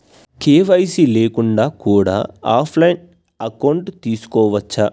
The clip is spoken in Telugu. కే.వై.సీ లేకుండా కూడా ఆఫ్ లైన్ అకౌంట్ తీసుకోవచ్చా?